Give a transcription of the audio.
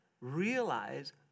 realize